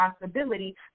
responsibility